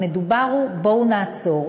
המדובר הוא: בואו נעצור.